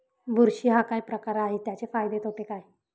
बुरशी हा काय प्रकार आहे, त्याचे फायदे तोटे काय?